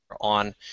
on